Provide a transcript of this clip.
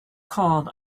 called